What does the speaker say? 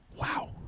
Wow